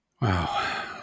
Wow